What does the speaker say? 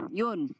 yun